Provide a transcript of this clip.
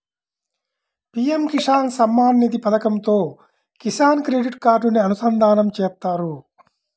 PM Kisan Samman Nidhi పథకంతో Kisan credit కార్డుని అనుసంధానం చేత్తారు